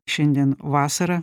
šiandien vasarą